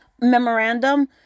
Memorandum